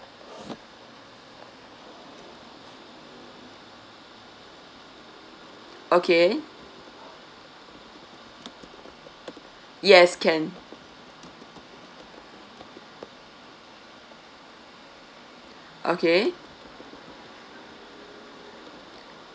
okay yes can okay